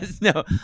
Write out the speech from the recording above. No